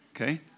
Okay